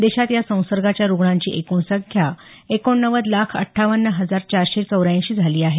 देशात या संसर्गाच्या रुग्णांची एकूण संख्या एकोणनव्वद लाख अठ्ठावन्न हजार चारशे चौऱ्याऐशी झाली आहे